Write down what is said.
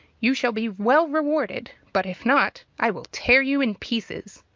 you shall be well rewarded but if not, i will tear you in pieces.